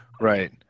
Right